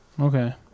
Okay